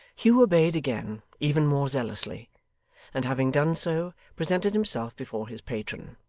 hugh obeyed again even more zealously and having done so, presented himself before his patron.